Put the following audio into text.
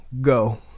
go